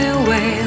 away